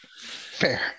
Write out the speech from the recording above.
Fair